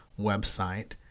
website